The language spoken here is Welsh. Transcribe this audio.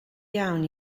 iawn